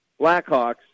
Blackhawks